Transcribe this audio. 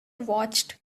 watched